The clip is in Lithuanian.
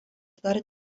dar